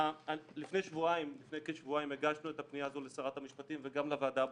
לפני כשבועיים הגשנו את הפנייה הזאת לשרת המשפטים וגם לוועדה הבוחנת.